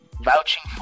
vouching